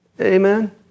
Amen